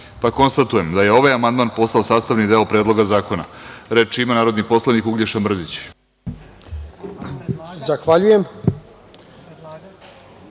Srbije. Konstatujem da je ovaj amandman postao sastavni deo Predloga zakona. Reč ima narodni poslanik Uglješa Mrdić.